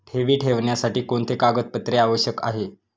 ठेवी ठेवण्यासाठी कोणते कागदपत्रे आवश्यक आहे?